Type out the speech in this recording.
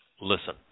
listen